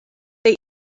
they